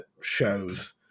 shows